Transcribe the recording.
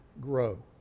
grow